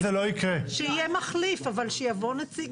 שיהיה מחליף, אבל שיבוא נציג.